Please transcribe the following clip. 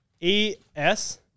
E-S